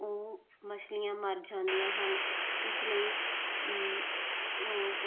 ਉਹ ਮੱਛਲੀਆਂ ਮਰ ਜਾਂਦੀਆਂ ਹਨ ਇਸ ਲਈ